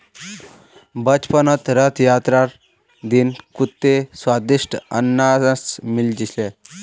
बचपनत रथ यात्रार दिन कत्ते स्वदिष्ट अनन्नास मिल छिले